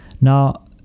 Now